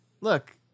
look